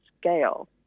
scale